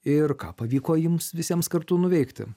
ir ką pavyko jums visiems kartu nuveikti